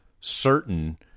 certain